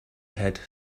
had